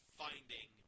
finding